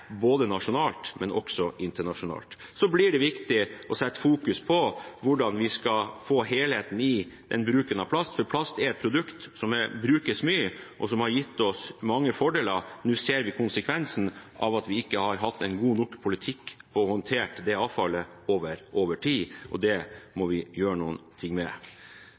både nasjonalt og internasjonalt. Det blir viktig å fokusere på hvordan vi skal få helheten i bruken av plast, for plast er et produkt som brukes mye, og som har gitt oss mange fordeler. Nå ser vi konsekvensen av at vi ikke har hatt en god nok politikk for å håndtere dette avfallet over tid, og det må vi gjøre noe med.